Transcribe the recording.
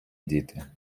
діти